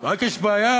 רק יש בעיה,